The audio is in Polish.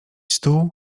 stół